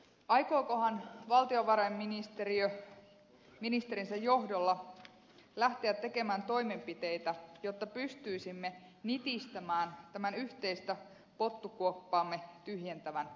aikookohan valtiovarainministeriö ministerinsä johdolla lähteä tekemään toimenpiteitä jotta pystyisimme nitistämään tämän yhteistä pottukuoppaamme tyhjentävän rotan